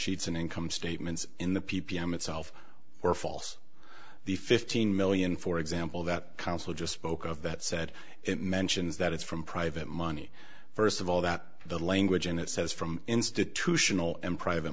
sheets and income statements in the p p m itself were false the fifteen million for example that counsel just spoke of that said it mentions that it's from private money first of all that the language in it says from institutional and private